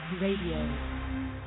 Radio